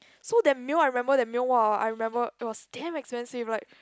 so that meal I remember the meal !wah! I remember it was damn expensive right